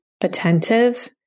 attentive